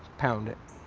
pound it!